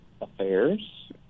affairs